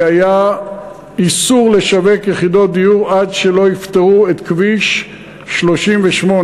כי היה איסור לשווק יחידות דיור עד שלא יפתרו את נושא כביש 38,